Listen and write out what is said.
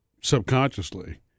subconsciously